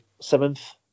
seventh